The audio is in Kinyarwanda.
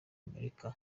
amerika